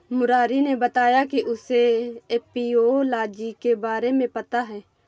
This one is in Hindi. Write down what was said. मुरारी ने बताया कि उसे एपियोलॉजी के बारे में पता है